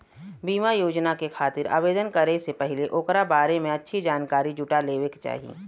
बीमा योजना के खातिर आवेदन करे से पहिले ओकरा बारें में अच्छी जानकारी जुटा लेवे क चाही